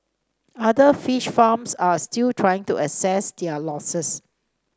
other fish farms are still trying to assess their losses